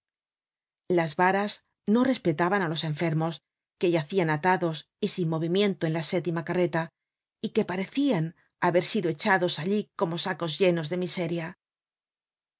las varas no respetaban á los enfermos que yacian atados y sin movimiento en la sétima carreta y que parecian haber sido echados allí como sacos llenos de miseria